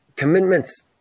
Commitments